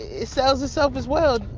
it sells itself as well.